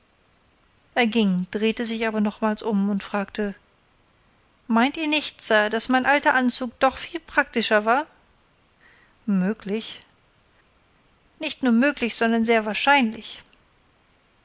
er ging drehte sich aber nochmals um und fragte meint ihr nicht sir daß mein alter anzug doch viel praktischer war möglich nicht nur möglich sondern sehr wahrscheinlich